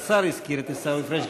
והשר הזכיר את עיסאווי פריג',